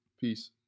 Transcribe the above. Peace